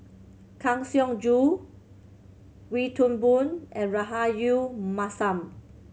Kang Siong Joo Wee Toon Boon and Rahayu Mahzam